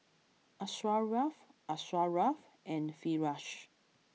Asharaff Asharaff and Firash